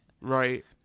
right